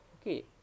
Okay